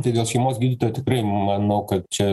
tai dėl šeimos gydytojo tikrai manau kad čia